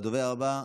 הדובר הבא,